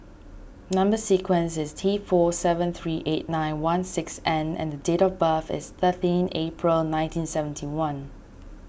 Number Sequence is T four seven three eight nine one six N and date of birth is thirteen April nineteen seventy one